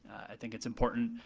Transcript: i think it's important,